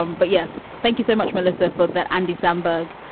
um but yes. thank you so much, melissa, for that. andy samberg